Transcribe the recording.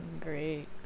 great